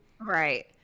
Right